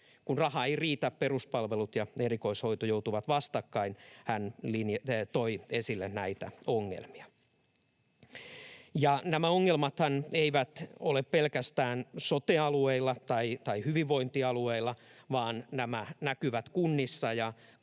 ”Kun raha ei riitä, peruspalvelut ja erikoissairaanhoito joutuvat vastakkain”, hän toi esille näitä ongelmia. Ja nämä ongelmathan eivät ole pelkästään sote-alueilla tai hyvinvointialueilla, vaan nämä näkyvät kunnissa. Korhonen